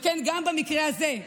וכן, גם במקרה הזה,